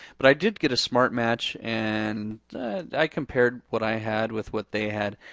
but i did get a smart match and i compared what i had with what they had.